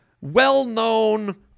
well-known